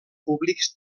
públics